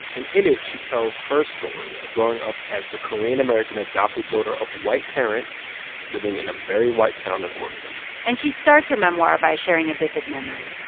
in in it, she tells her story of growing up as the korean-american adopted daughter of white parents living in a very white town in oregon and she starts her memoir by sharing a vivid memory,